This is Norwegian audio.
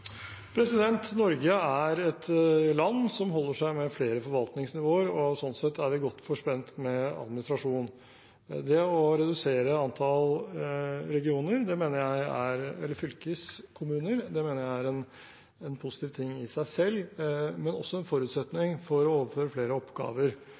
Norge er et land som holder seg med flere forvaltningsnivåer, og sånn sett er vi godt forspent med administrasjon. Det å redusere antall fylkeskommuner mener jeg er en positiv ting i seg selv, men også en